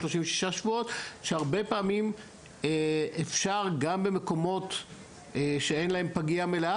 36 שבועות הרבה פעמים אפשר גם במקומות שאין להם פגייה מלאה,